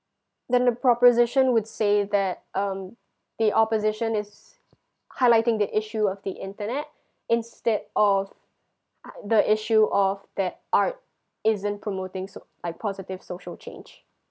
then the proposition would say that um the opposition is highlighting the issue of the internet instead of uh the issue of that art isn't promoting so~ like positive social change